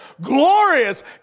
glorious